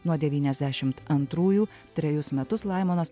nuo devyniasdešimt antrųjų trejus metus laimonas